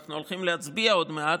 אנחנו הולכים להצביע עוד מעט,